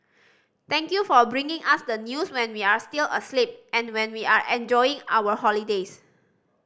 thank you for bringing us the news when we are still asleep and when we are enjoying our holidays